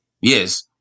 yes